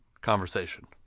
conversation